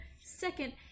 Second